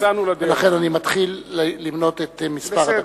ולכן אני מתחיל למנות את הדקות.